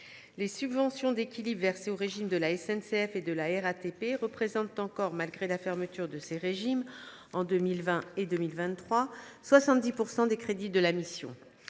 Les subventions d’équilibre versées aux régimes de la SNCF et de la RATP représentent encore, malgré la fermeture respective de ces régimes en 2020 et en 2023, 70 % des crédits de la mission.